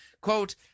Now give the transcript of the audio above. quote